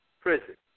Prison